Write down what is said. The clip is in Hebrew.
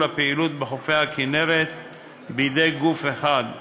הפעילות בחופי הכינרת בידי גוף אחד,